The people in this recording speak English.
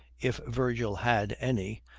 if virgil had any,